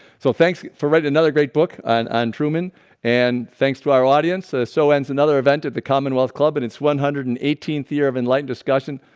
so thanks for writing another great book on on truman and thanks to our audience so ends another event at the commonwealth club in and its one hundred and eighteenth year of enlightened discussion.